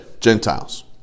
Gentiles